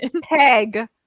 peg